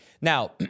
Now